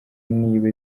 niba